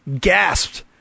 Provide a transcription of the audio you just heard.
gasped